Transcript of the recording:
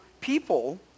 people